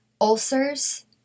ulcers